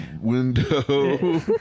window